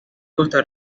costa